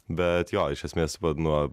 bet jo iš esmės vat nuo